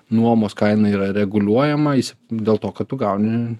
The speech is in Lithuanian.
nuomos kaina yra reguliuojama jis dėl to kad tu gauni